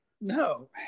No